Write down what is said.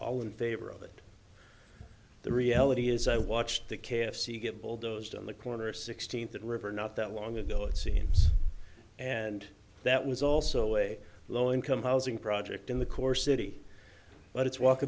all in favor of it the reality is i watched the k f c get bulldozed on the corner sixteenth that river not that long ago it seems and that was also a low income housing project in the core city but its